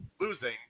losing